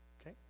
Okay